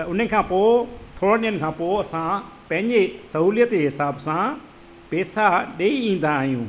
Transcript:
त उन खां पोइ थोड़ा ॾींहनि खां पोइ असां पंहिंजे सहुलियतु जे हिसाब सां पेसा ॾेई ईंदा आहियूं